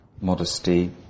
modesty